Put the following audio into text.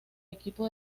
equipo